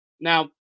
now